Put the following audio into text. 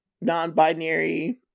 non-binary